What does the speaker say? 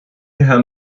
herrn